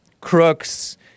crooks